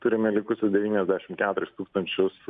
turime likusius devyniasdešimt keturis tūkstančius